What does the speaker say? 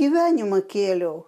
gyvenimą kėliau